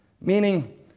meaning